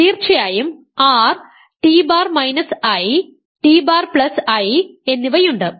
തീർച്ചയായും R t bar minus i t bar plus i എന്നിവയുണ്ട്